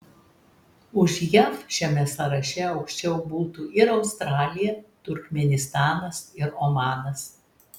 už jav šiame sąraše aukščiau būtų ir australija turkmėnistanas ir omanas